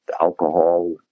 alcohol